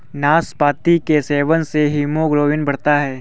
नाशपाती के सेवन से हीमोग्लोबिन बढ़ता है